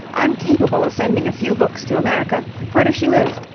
i'm capable of sending a few books to america. where does she live?